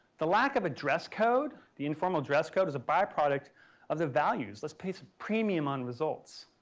the lack of a dress code, the informal dress code as a byproduct of the values. let's pay some premium on results.